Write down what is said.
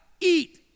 Eat